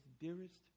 dearest